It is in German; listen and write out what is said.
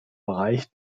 bereich